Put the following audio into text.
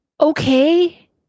okay